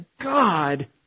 God